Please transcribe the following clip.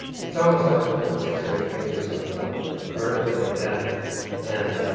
it's almost like you put six or eight pages in a row vertically. and and